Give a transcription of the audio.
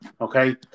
okay